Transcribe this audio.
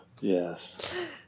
Yes